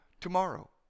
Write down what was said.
tomorrow